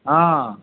অঁ